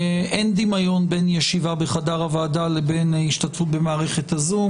אין דמיון בין ישיבה בחדר הוועדה להשתתפות במערכת הזום.